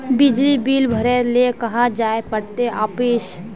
बिजली बिल भरे ले कहाँ जाय पड़ते ऑफिस?